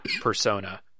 persona